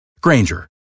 Granger